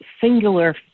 singular